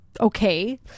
okay